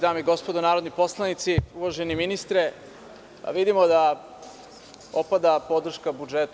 Dame i gospodo narodni poslanici, uvaženi ministre, vidimo da opada podrška budžetu.